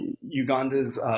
Uganda's